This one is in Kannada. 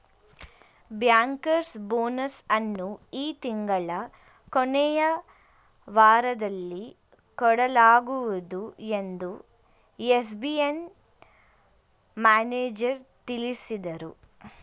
ಬ್ಯಾಂಕರ್ಸ್ ಬೋನಸ್ ಅನ್ನು ಈ ತಿಂಗಳ ಕೊನೆಯ ವಾರದಲ್ಲಿ ಕೊಡಲಾಗುವುದು ಎಂದು ಎಸ್.ಬಿ.ಐನ ಮ್ಯಾನೇಜರ್ ತಿಳಿಸಿದರು